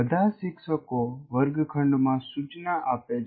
બધા શિક્ષકો વર્ગખંડમાં સૂચના આપે છે